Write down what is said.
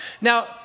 Now